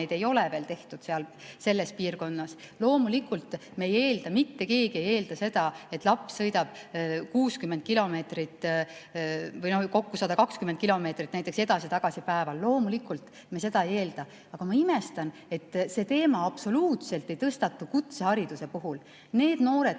neid ei ole veel tehtud seal piirkonnas. Loomulikult me ei eelda, mitte keegi ei eelda seda, et laps sõidab päevas edasi-tagasi 60 kilomeetrit või kokku 120 kilomeetrit näiteks. Loomulikult me seda ei eelda. Aga ma imestan, et see teema absoluutselt ei tõstatu kutsehariduse puhul. Need noored,